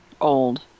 old